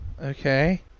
okay